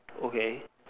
okay